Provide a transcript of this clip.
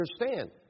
understand